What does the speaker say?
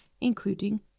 including